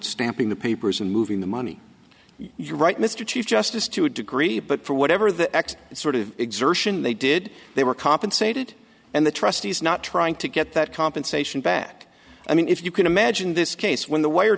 stamping the papers and moving the money you right mr chief justice to a degree but for whatever the x sort of exertion they did they were compensated and the trustees not trying to get that compensation back i mean if you can imagine this case when the wire